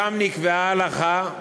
שם נקבעה ההלכה.